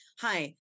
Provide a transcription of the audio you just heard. hi